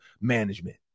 management